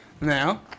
now